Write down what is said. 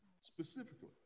specifically